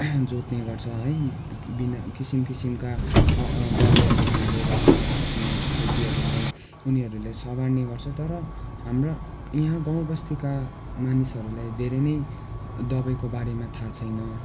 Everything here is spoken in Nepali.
जोत्ने गर्छ है बिना किसिम किसिमका दबाईहरू हालेर आफ्नो खेतीहरूलाई उनीहरूले स्याहार्ने गर्छ तर हाम्रा यहाँ गाउँबस्तीका मानिसहरूलाई धेरै नै दबाईको बारेमा थाहा छैन